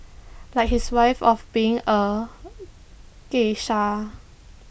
like his wife of being A geisha